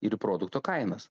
ir produkto kainas